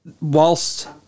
whilst